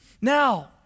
Now